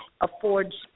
affords